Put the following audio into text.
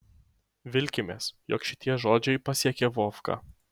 vilkimės jog šitie žodžiai pasiekė vovką